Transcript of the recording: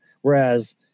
Whereas